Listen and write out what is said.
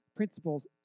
principles